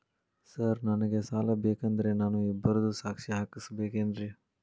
Sir ನನಗೆ ಸಾಲ ಬೇಕಂದ್ರೆ ನಾನು ಇಬ್ಬರದು ಸಾಕ್ಷಿ ಹಾಕಸಬೇಕೇನ್ರಿ?